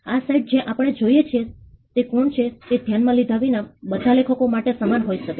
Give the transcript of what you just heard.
આ સાઇટ જે આપણે જોઇએ છીએ તે કોણ છે તે ધ્યાનમાં લીધા વિના બધા લેખકો માટે સમાન હોઇ શકે